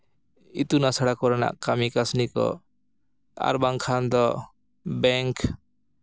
ᱤᱛᱩᱱ ᱟᱥᱲᱟ ᱠᱚᱨᱮᱱᱟᱜ ᱠᱟᱹᱢᱤ ᱠᱟᱹᱥᱱᱤ ᱠᱚ ᱟᱨ ᱵᱟᱝᱠᱷᱟᱱ ᱫᱚ ᱵᱮᱝᱠ